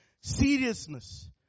Seriousness